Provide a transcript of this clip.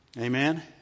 Amen